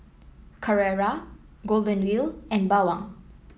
Carrera Golden Wheel and Bawang